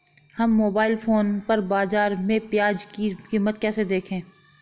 हम mobile phone पर बाज़ार में प्याज़ की कीमत कैसे देखें?